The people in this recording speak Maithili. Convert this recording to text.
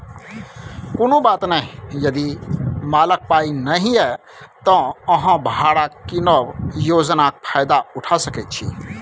कुनु बात नहि यदि मालक पाइ नहि यै त अहाँ भाड़ा कीनब योजनाक फायदा उठा सकै छी